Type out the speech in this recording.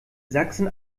sachsen